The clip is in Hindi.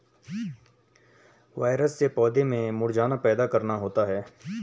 वायरस से पौधों में मुरझाना पैदा करना होता है